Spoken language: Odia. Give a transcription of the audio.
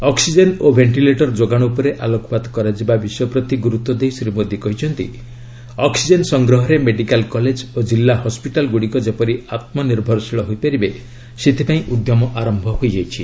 ଅକ୍ପିଜେନ୍ ଓ ବେଷ୍ଟିଲେଟର ଯୋଗାଣ ଉପରେ ଆଲୋକପାତ କରାଯିବା ବିଷୟ ପ୍ରତି ଗୁରୁତ୍ୱ ଦେଇ ଶ୍ରୀ ମୋଦୀ କହିଛନ୍ତି ଅକ୍ରିଜେନ୍ ସଂଗ୍ରହରେ ମେଡିକାଲ କଲେଜ ଓ ଜିଲ୍ଲା ହସ୍କିଟାଲଗୁଡ଼ିକ ଯେପରି ଆତ୍ମନିର୍ଭରଶୀଳ ହୋଇପାରିବେ ସେଥିପାଇଁ ଉଦ୍ୟମ ଆରମ୍ଭ ହୋଇଯାଇଛି